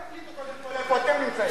אתם תחליטו קודם איפה אתם נמצאים.